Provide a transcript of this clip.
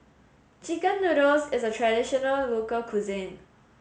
chicken noodles is a traditional local cuisine